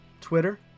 twitter